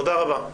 תודה רבה.